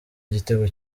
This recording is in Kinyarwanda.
gitego